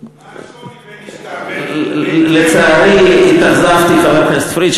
מה השוני בין, לצערי, התאכזבתי מחבר הכנסת פריג'.